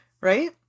right